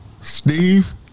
Steve